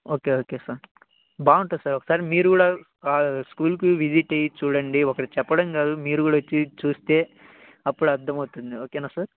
okay okay sir బాగుంటుంది sir ఒకసారి మీరు కూడా స్కూల్కి విజిట్ అయ్యి చూడండి ఒకళ్ళు చెప్పడం కాదు మీరు కూడా వచ్చి చూస్తే అప్పుడు అర్థమవుతుంది ఓకేనా సార్